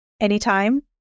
anytime